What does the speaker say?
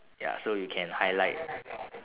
ya so you can highlight